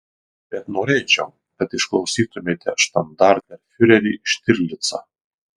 bet norėčiau kad išklausytumėte štandartenfiurerį štirlicą